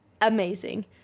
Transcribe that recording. Amazing